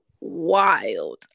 wild